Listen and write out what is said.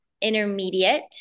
intermediate